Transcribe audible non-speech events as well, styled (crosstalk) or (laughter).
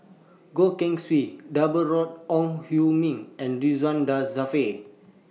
Goh Keng Swee Deborah Ong Hui Min and (unintelligible) Dzafir